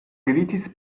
glitis